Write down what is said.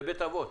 בבית אבות,